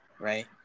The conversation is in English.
right